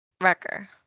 Wrecker